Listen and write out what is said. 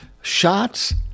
shots